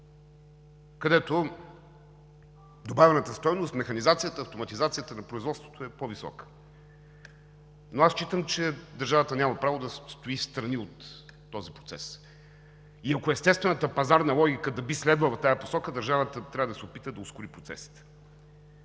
където добавената стойност, механизацията, автоматизацията на производството са по-високи. Аз считам, че държавата няма право да стои встрани от този процес, и ако естествената пазарна логика би следвала в тази посока, държавата трябва да се опита да ускори процесите.